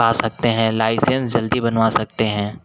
पा सकते हैं लाइसेंस जल्दी बनवा सकते हैं